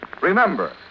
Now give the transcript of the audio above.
Remember